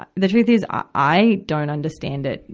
but the truth is, i don't understand it.